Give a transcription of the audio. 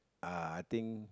uh think